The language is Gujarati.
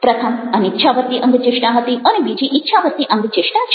પ્રથમ અનીચ્છાવર્તી અંગચેષ્ટા હતી અને બીજી ઈચ્છાવર્તી અંગચેષ્ટા છે